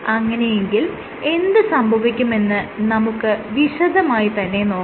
അങ്ങനെയെങ്കിൽ എന്ത് സംഭവിക്കുമെന്ന് നമുക്ക് വിശദമായി തന്നെ നോക്കാം